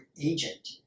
agent